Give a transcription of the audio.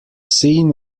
scene